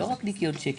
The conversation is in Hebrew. זה לא רק ניכיון צ'קים.